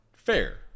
fair